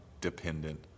dependent